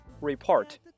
Report